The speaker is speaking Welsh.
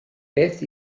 beth